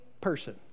person